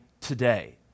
today